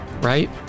right